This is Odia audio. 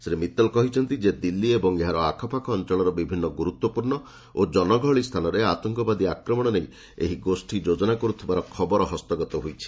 ଶ୍ରୀ ମିଉଲ କହିଛନ୍ତି ଯେ ଦିଲ୍ଲୀ ଏବଂ ଏହାର ଆଖପାଖ ଅଞ୍ଚଳର ବିଭିନ୍ନ ଗୁରୁତ୍ୱପୂର୍ଣ୍ଣ ଏବଂ ଜନଗହଳି ସ୍ଥାନରେ ଆତଙ୍କବାଦୀ ଆକ୍ରମଣ ନେଇ ଏହି ଗୋଷୀ ଯୋଜନା କରୁଥିବାର ଖବର ହସ୍ତଗତ ହୋଇଛି